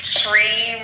three